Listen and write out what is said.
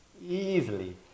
easily